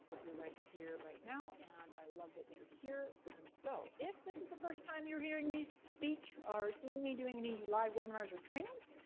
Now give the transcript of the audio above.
you're right here, right now, and i love that you're here. and so, if this is the first time you're hearing me speak, or seeing me doing any live webinars or trainings,